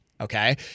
Okay